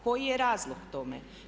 Koji je razlog tome?